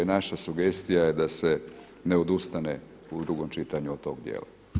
Naša sugestija je da se ne odustane u drugom čitanju od tog dijela.